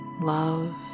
love